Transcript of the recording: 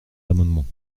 amendements